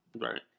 Right